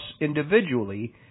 individually